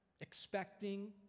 expecting